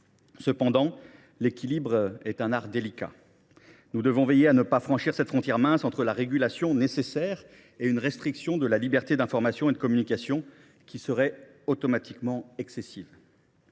de l’équilibre est un art délicat. Nous devons veiller à ne pas franchir cette frontière ténue entre la régulation nécessaire et une restriction de la liberté d’information et de communication qui serait automatiquement excessive.